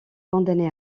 condamné